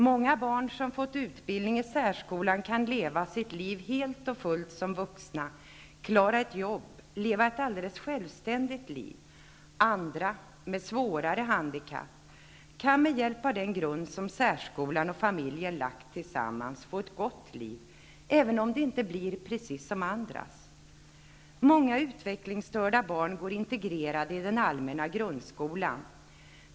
Många barn som fått utbildning i särskolan kan leva sitt liv helt och fullt som vuxna, klara ett jobb, leva ett alldeles självständigt liv. Andra -- med svårare handikapp -- kan med hjälp av den grund särskolan och familjen lagt tillsammans få ett gott liv, även om det aldrig blir precis som andras. Många utvecklingsstörda barn går integrerade i den allmänna grundskolan.